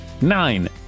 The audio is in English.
Nine